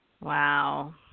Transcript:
Wow